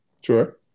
sure